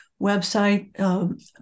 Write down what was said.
website